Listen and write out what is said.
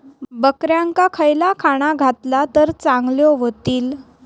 बकऱ्यांका खयला खाणा घातला तर चांगल्यो व्हतील?